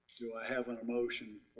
do i have a motion